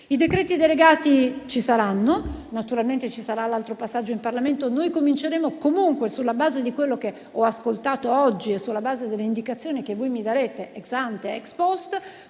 I decreti delegati ci saranno; naturalmente ci sarà l'altro passaggio in Parlamento. Noi cominceremo comunque sulla base di quello che ho ascoltato oggi, e sulla base delle indicazioni che mi darete *ex ante* ed *ex post*,